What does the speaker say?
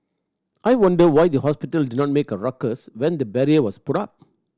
I wonder why the hospital did not make a ruckus when the barrier was put up